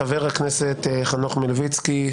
חברת הכנסת מירב כהן,